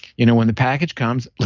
you know when the package comes,